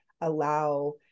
allow